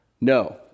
no